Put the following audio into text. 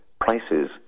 prices